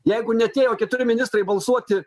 jeigu neatėjo keturi ministrai balsuoti